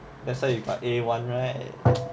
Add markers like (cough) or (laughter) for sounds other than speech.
that's why you got a one right (noise)